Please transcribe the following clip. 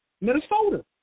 Minnesota